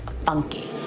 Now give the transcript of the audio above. funky